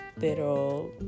pero